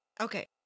Okay